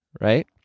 right